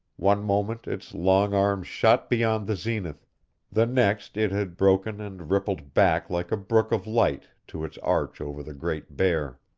one moment its long arms shot beyond the zenith the next it had broken and rippled back like a brook of light to its arch over the great bear.